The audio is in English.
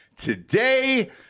Today